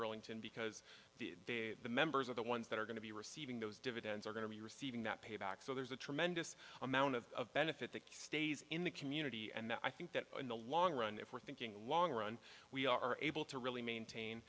burlington because the they the members of the ones that are going to be receiving those dividends are going to be receiving that pay back so there's a tremendous amount of benefit that stays in the community and i think that in the long run if we're thinking long run we are able to really maintain